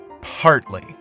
Partly